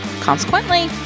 consequently